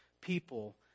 people